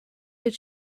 that